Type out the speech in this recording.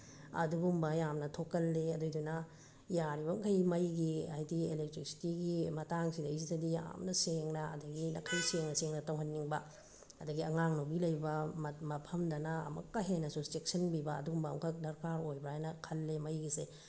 ꯑꯗꯨꯒꯨꯝꯕ ꯌꯥꯝꯅ ꯊꯣꯛꯀꯜꯂꯤ ꯑꯗꯨꯒꯤꯗꯨꯅ ꯌꯥꯔꯤꯕ ꯃꯈꯩ ꯃꯩꯒꯤ ꯍꯥꯏꯗꯤ ꯑꯦꯂꯦꯛꯇ꯭ꯔꯤꯁꯤꯇꯤꯒꯤ ꯃꯇꯥꯡ ꯁꯤꯗꯒꯤꯁꯤꯗꯗꯤ ꯌꯥꯝꯅ ꯁꯦꯡꯅ ꯑꯗꯒꯤ ꯅꯥꯈꯩ ꯁꯦꯡꯅ ꯁꯦꯡꯅ ꯇꯧꯍꯟꯅꯤꯡꯕ ꯑꯗꯒꯤ ꯑꯉꯥꯡ ꯅꯨꯕꯤ ꯂꯩꯕ ꯃꯐꯝꯗꯅ ꯑꯃꯨꯛꯀ ꯍꯦꯟꯅꯁꯨ ꯆꯦꯛꯁꯤꯟꯕꯤꯕ ꯑꯗꯨꯒꯨꯝꯕ ꯑꯃꯈꯛ ꯗꯔꯀꯥꯔ ꯑꯣꯏꯕ꯭ꯔꯥ ꯍꯥꯏꯅ ꯈꯜꯂꯤ ꯃꯩꯒꯤꯁꯦ